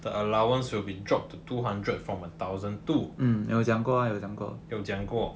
the allowance will be dropped to two hundred from a thousand two 有讲过